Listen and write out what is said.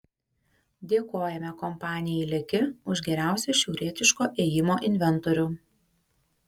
dėkojame kompanijai leki už geriausią šiaurietiškojo ėjimo inventorių